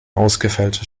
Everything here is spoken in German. ausgefeilte